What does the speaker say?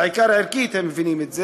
בעיקר ערכית הם מבינים את זה,